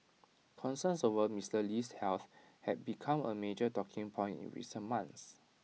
concerns over Mister Lee's health had become A major talking point in recent months